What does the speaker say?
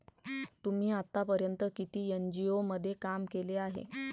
तुम्ही आतापर्यंत किती एन.जी.ओ मध्ये काम केले आहे?